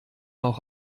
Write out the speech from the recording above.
auch